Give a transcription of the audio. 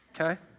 okay